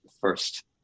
first